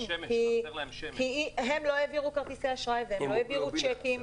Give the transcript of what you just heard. כי הם לא העבירו כרטיסי אשראי והם לא העבירו צ'קים